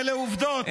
אלה עובדות.